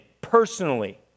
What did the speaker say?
personally